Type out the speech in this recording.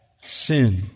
sin